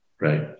right